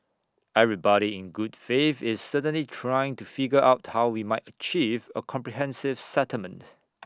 everybody in good faith is certainly trying to figure out how we might achieve A comprehensive settlement